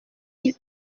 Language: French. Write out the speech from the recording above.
ils